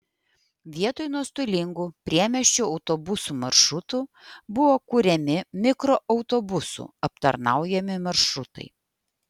vietoj nuostolingų priemiesčio autobusų maršrutų buvo kuriami mikroautobusų aptarnaujami maršrutai